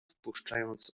spuszczając